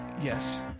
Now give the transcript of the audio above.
yes